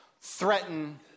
threaten